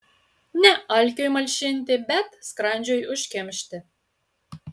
ne alkiui malšinti bet skrandžiui užkimšti